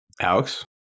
Alex